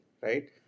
right